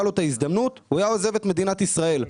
לו הזדמנות הוא היה עוזב את מדינת ישראל.